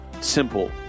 simple